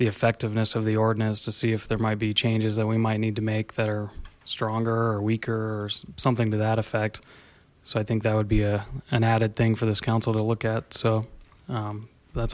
the effectiveness of the ordinance to see if there might be changes that we might need to make that are stronger or weaker or something to that effect so i think that would be a an added thing for this council to look at so